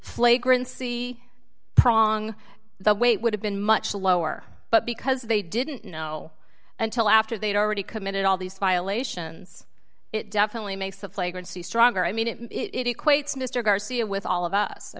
flagrant see prong the way it would have been much lower but because they didn't know until after they'd already committed all these violations it definitely makes a flagrant see stronger i mean it it equates mr garcia with all of us i